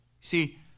See